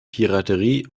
piraterie